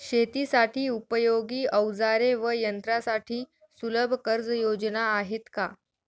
शेतीसाठी उपयोगी औजारे व यंत्रासाठी सुलभ कर्जयोजना आहेत का?